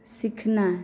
सिखनाइ